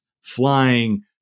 flying